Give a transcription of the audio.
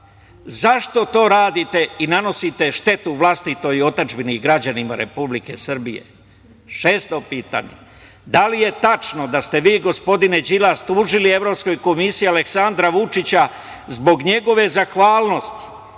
Zašto to radite i nanosite štetu vlastitoj otadžbini i građanima Republike Srbije? Šesto pitanje, da li je tačno da ste vi, gospodine Đilas, tužili Evropskoj komisiji Aleksandra Vučića zbog njegove zahvalnosti